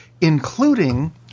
including